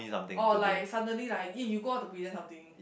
or like suddenly like eh you go out to present something